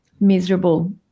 miserable